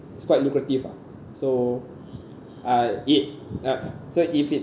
it's quite lucrative lah so I it uh so if it